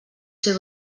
ser